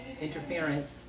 interference